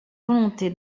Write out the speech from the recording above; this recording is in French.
volonté